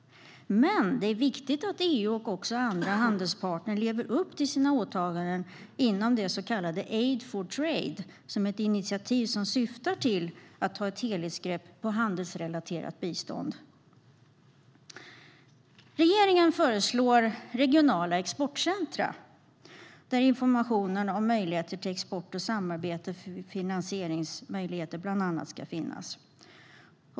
Men det är viktigt att EU och även andra handelspartner lever upp till sina åtaganden inom det så kallade Aid for Trade, som är ett initiativ som syftar till att ta ett helhetsgrepp om handelsrelaterat bistånd. Regeringen föreslår regionala exportcentrum där information om bland annat möjligheter till export och finansieringsmöjligheter ska finnas.